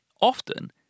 Often